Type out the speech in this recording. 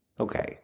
Okay